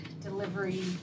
delivery